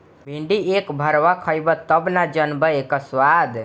भिन्डी एक भरवा खइब तब न जनबअ इकर स्वाद